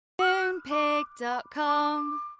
Moonpig.com